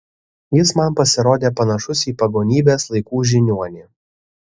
jis man pasirodė panašus į pagonybės laikų žiniuonį